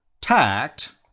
Tact